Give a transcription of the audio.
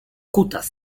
kutas